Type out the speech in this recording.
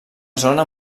zona